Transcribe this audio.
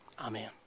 Amen